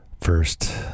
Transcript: First